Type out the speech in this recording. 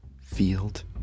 field